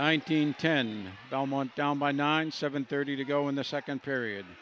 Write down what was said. nineteen ten belmont down by nine seven thirty to go in the second period